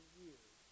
years